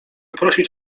prosić